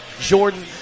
Jordan